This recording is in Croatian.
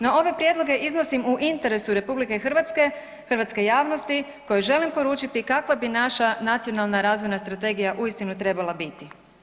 No ove prijedloge iznosim u interesu RH i hrvatske javnosti kojoj želim poručiti kakva bi naša Nacionalna razvojna strategija uistinu trebala biti.